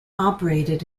operated